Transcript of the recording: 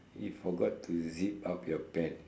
you forgot to zip up your pants